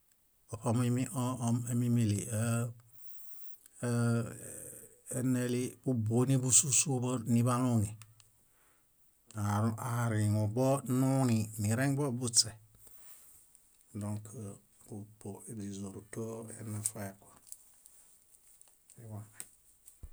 oṗomuimi ũ- ũ- ũ- mímili áa- áa- eneli búbuoni búsusuḃo niḃaluuŋi, aariŋubonuni nirẽbobuśe? Dõk purpo źízoruto enafaekua. Źiḃane.